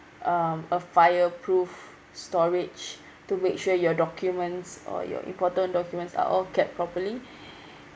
um a fire proof storage to make sure your documents or your important documents are all kept properly